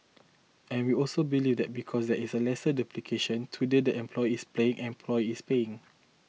and we also believe that because there is a lesser duplication today the employer is paying employee is paying